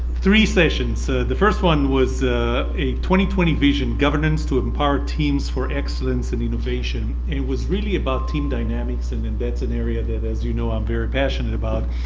three sessions the first one was a twenty twenty vision governance to empower teams for excellence in innovation. and it was really about team dynamics and then that's an area that as you know i'm very passionate about.